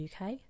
UK